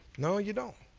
no, you don't.